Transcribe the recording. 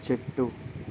చెట్టు